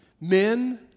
Men